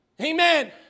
Amen